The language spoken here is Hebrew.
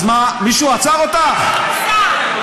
הנה, עכשיו את משתוללת כי את יודעת שזאת אמת.